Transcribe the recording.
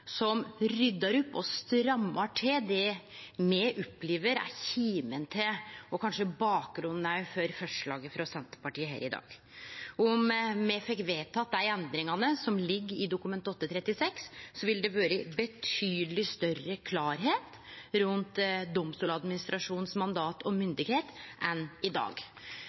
som ryddar opp og strammar til det me opplever er kimen til, og kanskje òg bakgrunnen for, forslaget frå Senterpartiet her i dag. Om me fekk vedtatt endringane som ligg i Dokument 8:36, ville det ha vore betydeleg større klarleik rundt Domstoladministrasjonens mandat og myndigheit enn i dag.